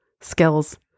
skills